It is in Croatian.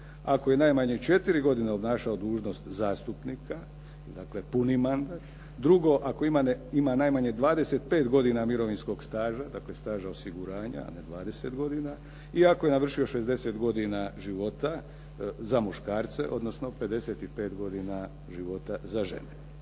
ako je najmanje 4 godine obnašao dužnost zastupnika, dakle puni mandat. Drugo, ako ima najmanje 25 godina mirovinskog staža, dakle staža osiguranja, a ne 20 godina. I ako je navršio 60 godina života za muškarce, odnosno 55 godina za žene.